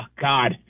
God